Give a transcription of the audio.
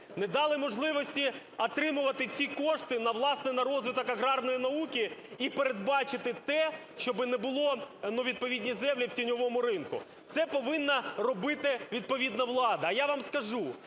Не дали можливості отримувати ці кошти на… власне, на розвиток аграрної науки і передбачити те, щоби не було.. ну відповідні землі в тіньовому ринку. Це повинна робити відповідна влада. А я вам скажу,